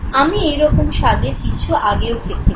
আমি এইরকম স্বাদের কিছু আগেও চেখেছি